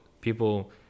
people